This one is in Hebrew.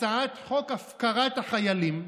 הצעת חוק הפקרת החיילים,